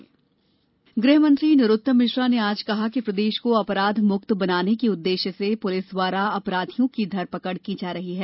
गृहमंत्री अपराध गृह मंत्री नरोत्तम मिश्रा ने आज कहा कि प्रदेश को अपराध मुक्त बनाने के उद्देश्य से पुलिस द्वारा अपराधियों की धरपकड़ की जा रही है